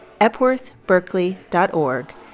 epworthberkeley.org